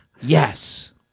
Yes